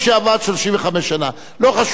מדינת ישראל תדאג שתהיה לו פנסיה.